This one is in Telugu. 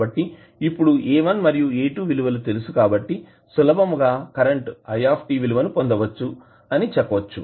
కాబట్టి ఇప్పుడు A1 మరియు A2 విలువలు తెలుసు కాబట్టి సులభంగా కరెంటు i విలువ ని చెప్పొచ్చు